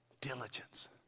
Diligence